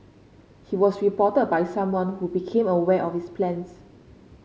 he was reported by someone who became aware of his plans